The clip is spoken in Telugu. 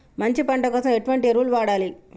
మంచి పంట కోసం ఎటువంటి ఎరువులు వాడాలి?